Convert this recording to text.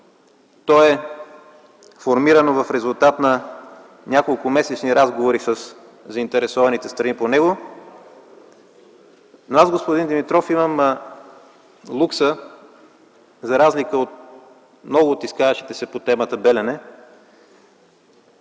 То е формирано в резултат на няколкомесечни разговори със заинтересованите страни по него. Но аз, господин Димитров, имам лукса, за разлика от много от изказващите се по темата „Белене”,